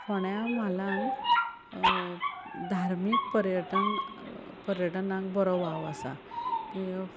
फोंड्या म्हालांत धार्मिक पर्यटन पर्यटनाक बरो वाव आसा